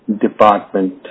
department